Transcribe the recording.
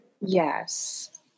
Yes